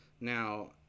Now